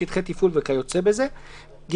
שטחי תפעול וכיוצא בזה.";